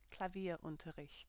Klavierunterricht